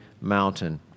mountain